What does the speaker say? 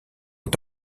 est